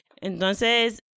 Entonces